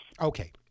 Okay